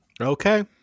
Okay